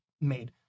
made